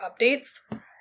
updates